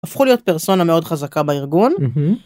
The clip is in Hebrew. הפכו להיות פרסונה מאוד חזקה בארגון.